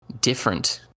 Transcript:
different